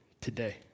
today